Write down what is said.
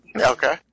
okay